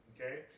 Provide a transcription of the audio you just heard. Okay